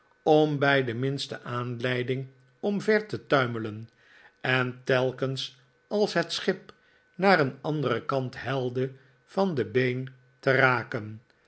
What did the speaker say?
om bij de minste aanleiding omver te tuimelen en telkens als het schip naar een anderen kant helde van de been te raken